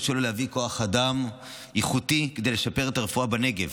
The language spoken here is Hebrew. שלו להביא כוח אדם איכותי כדי לשפר את הרפואה בנגב,